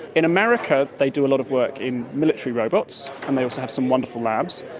in america they do a lot of work in military robots and they also have some wonderful labs.